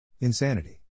Insanity